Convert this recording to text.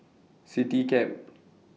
Citycab